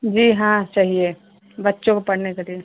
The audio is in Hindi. जी हाँ चाहिए बच्चों को पढ़ने के लिए